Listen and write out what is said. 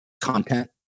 content